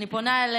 אני פונה אליך,